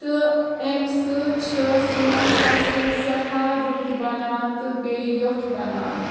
تہٕ امہِ سۭتۍ چھُ سون فصٕل سٮ۪ٹھاہ رُت بنان تہٕ بیٚیہِ یوٚٹھ بنان